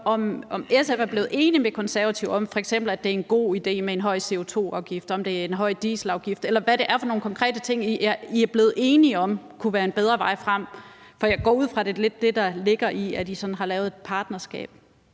om SF er blevet enige med Konservative om, at det f.eks. er en god idé med en høj CO2-afgift eller en høj dieselafgift. Eller hvad er det for nogle konkrete ting, I er blevet enige om kunne være en bedre vej frem? For jeg går ud fra, at det lidt er det, der ligger i, at I sådan har lavet et partnerskab.